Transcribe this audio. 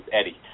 Eddie